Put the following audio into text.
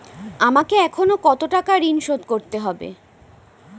আমাকে এখনো কত টাকা ঋণ শোধ করতে হবে?